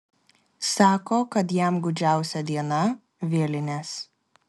sako kad jam gūdžiausia diena vėlinės